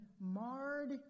marred